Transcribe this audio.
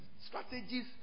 strategies